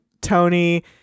Tony